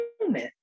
moment